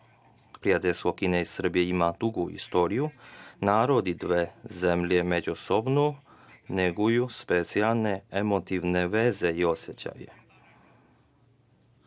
prijateljstvo Kina i Srbija ima dugu istoriju, narodi dve zemlje međusobno neguju specijalne emotivne veze i osećaje.